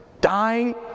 Dying